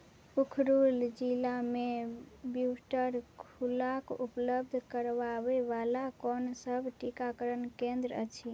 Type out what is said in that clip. उखरुल जिलामे ब्यूस्टर खुराक उपलब्ध करबाबै वाला कोन सभ टीकाकरण केंद्र अछि